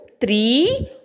three